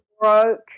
broke